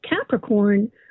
Capricorn